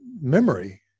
memory